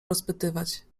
rozpytywać